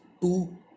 two